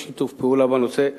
יש שיתוף פעולה בנושא.